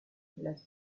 las